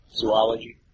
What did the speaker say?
zoology